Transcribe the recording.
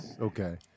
Okay